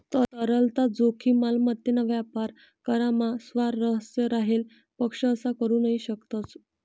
तरलता जोखीम, मालमत्तेना व्यापार करामा स्वारस्य राहेल पक्ष असा करू नही शकतस